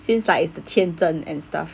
since like is the 天真 and stuff